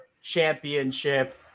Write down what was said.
championship